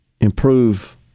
improve